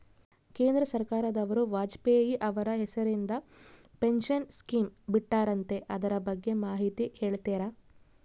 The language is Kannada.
ಕೇಂದ್ರ ಸರ್ಕಾರದವರು ವಾಜಪೇಯಿ ಅವರ ಹೆಸರಿಂದ ಪೆನ್ಶನ್ ಸ್ಕೇಮ್ ಬಿಟ್ಟಾರಂತೆ ಅದರ ಬಗ್ಗೆ ಮಾಹಿತಿ ಹೇಳ್ತೇರಾ?